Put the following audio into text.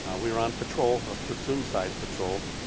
we were on patrol, a platoon size patrol